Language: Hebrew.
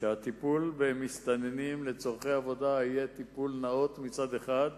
שהטיפול במסתננים לצורכי עבודה יהיה טיפול נאות מצד אחד,